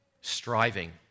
striving